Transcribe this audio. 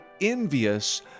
envious